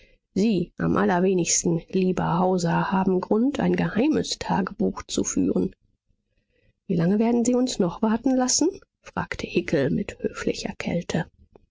sie am allerwenigsten lieber hauser haben grund ein geheimes tagebuch zu führen wie lange werden sie uns noch warten lassen fragte hickel mit höflicher kälte